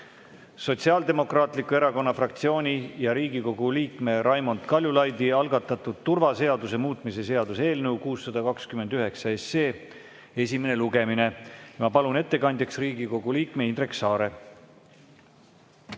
Sotsiaaldemokraatliku Erakonna fraktsiooni ja Riigikogu liikme Raimond Kaljulaidi algatatud turvaseaduse muutmise seaduse eelnõu 629 esimene lugemine. Ma palun ettekandjaks Riigikogu liikme Indrek Saare.